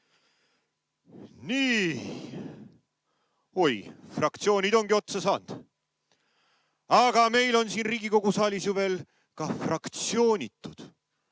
Nii. Oi, fraktsioonid ongi otsa saanud. Aga meil on siin Riigikogu saalis ju veel ka fraktsioonitud.